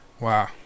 Wow